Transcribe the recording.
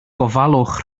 gofalwch